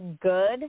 good